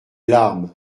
larmes